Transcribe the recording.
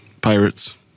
pirates